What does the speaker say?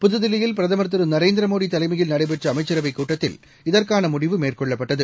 புதுதில்லியில் பிரதமர் திரு நரேந்திர மோடி தலைமையில் நடைபெற்ற அமைச்சரவைக் கூட்டத்தில் இதற்கான முடிவு மேற்கொள்ளப்பட்டது